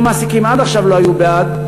אם המעסיקים עד עכשיו לא היו בעד,